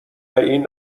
این